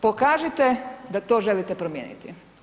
Pokažite da to želite promijeniti.